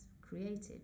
created